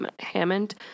Hammond